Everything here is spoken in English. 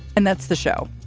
and that's the show.